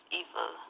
evil